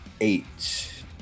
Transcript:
eight